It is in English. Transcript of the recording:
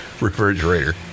refrigerator